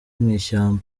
mw’ishyamba